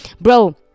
Bro